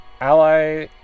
Ally